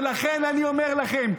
ולכן אני אומר לכם: